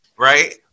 Right